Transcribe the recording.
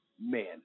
men